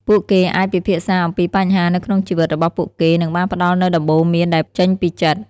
ពួកគេអាចពិភាក្សាអំពីបញ្ហានៅក្នុងជីវិតរបស់ពួកគេនិងបានផ្តល់នូវដំបូន្មានដែលចេញពីចិត្ត។